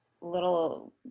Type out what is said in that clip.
little